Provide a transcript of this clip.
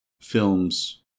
films